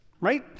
right